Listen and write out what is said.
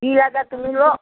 কি লাগে তুমি লোৱা